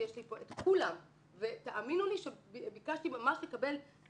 יש לי פה את כולם ותאמינו לי שביקשתי ממש לקבל ניירת